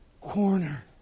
corner